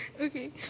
Okay